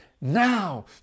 now